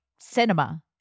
cinema